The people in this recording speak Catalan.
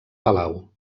palau